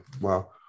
Wow